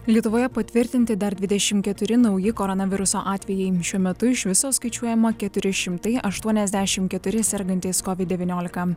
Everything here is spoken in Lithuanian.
lietuvoje patvirtinti dar dvidešim keturi nauji koronaviruso atvejai šiuo metu iš viso skaičiuojama keturi šimtai aštuoniasdešim keturi sergantys kovid devyniolika